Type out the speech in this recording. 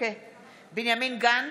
בנימין גנץ,